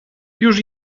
już